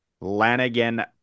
Lanigan